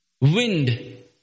wind